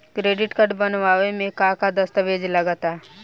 Credit card बनवावे म का का दस्तावेज लगा ता?